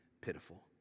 pitiful